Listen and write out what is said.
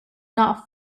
not